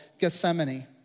Gethsemane